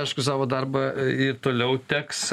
aišku savo darbą ir toliau teks